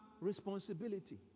responsibility